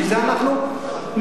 בשביל זה אנחנו מחוקקים.